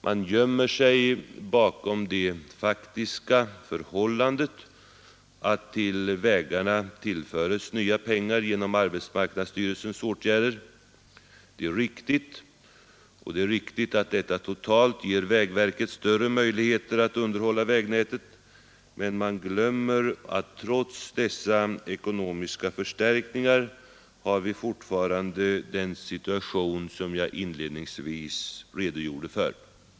Man gömmer sig bakom det faktiska förhållandet att vägarna tillföres nya pengar genom arbetsmarknadsstyrelsens åtgärder. Det är riktigt att detta totalt ger vägverket större möjligheter att underhålla vägnätet, men man glömmer att trots dessa ekonomiska förstärkningar har vi fortfarande den situation som jag inledningsvis redogjorde för.